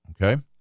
Okay